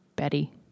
Betty